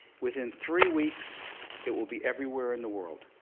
within three weeks it will be everywhere in the world.